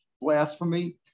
blasphemy